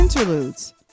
interludes